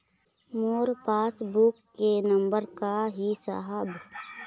मोर passbook के number का ही साहब?